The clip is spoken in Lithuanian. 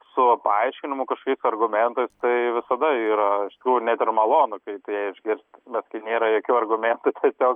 su paaiškinimu kažkokiais argumentais tai visada yra iš tikrųjų net ir malonu kai tu ją išgirst bet kai nėra jokių argumentų tiesiog